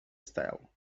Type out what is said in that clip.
style